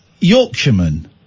Yorkshireman